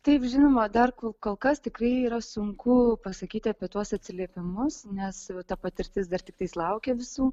taip žinoma dar kol kol kas tikrai yra sunku pasakyti apie tuos atsiliepimus nes ta patirtis dar tiktais laukia visų